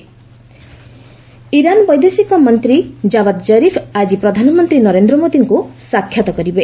PM Iran Iran ବୈଦେଶିକ ମନ୍ତ୍ରୀ Javad Zarif ଆଜି ପ୍ରଧାନମନ୍ତ୍ରୀ ନରେନ୍ଦ୍ର ମୋଦିଙ୍କୁ ସାକ୍ଷାତ କରିବେ